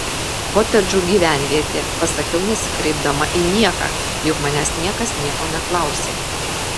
kotedžų gyvenvietė pasakiau nesikreipdama į nieką juk manęs niekas nieko neklausė